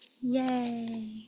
Yay